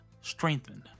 strengthened